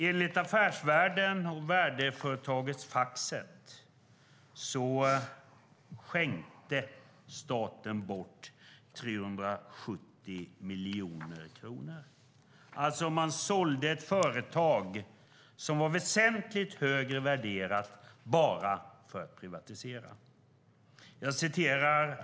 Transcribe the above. Enligt Affärsvärlden och värdeföretaget Factset skänkte staten bort 370 miljoner kronor. Man sålde alltså ett företag som var väsentligt högre värderat bara för att privatisera.